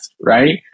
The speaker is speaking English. right